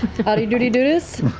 how de doody do this?